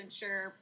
sure